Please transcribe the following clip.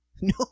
No